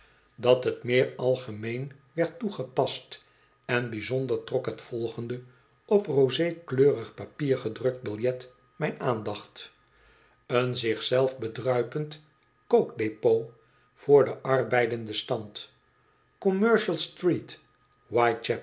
dat t meer algemeen werd toegepast en bijzonder trok het volgende op rosökleurig papier gedrukt biljet mijn aandacht een zich zelf bbdruieend kook depot voor den arbeidenden stand